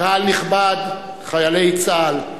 קהל נכבד, חיילי צה"ל,